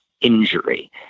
injury